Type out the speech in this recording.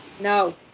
No